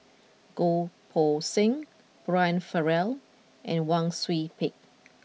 Goh Poh Seng Brian Farrell and Wang Sui Pick